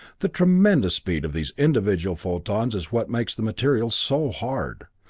the tremendous speed of these individual photons is what makes the material so hard.